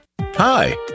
hi